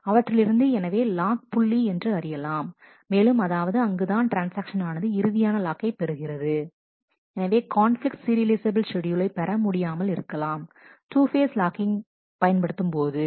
அவற்றிலிருந்து எனவே லாக் புள்ளி என்று அறியலாம் மேலும் அதாவது அங்கு தான் ட்ரான்ஸ்ஆக்ஷன் ஆனது இறுதியான லாக்கை பெறுகிறது எனவே கான்பிலிக்ட் சீரியலைஃசபில் ஷெட்யூலை பெற முடியாமல் இருக்கலாம் 2 ஃபேஸ் லாக்கிங் பயன்படுத்தும்போது